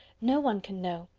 no one can know,